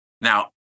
Now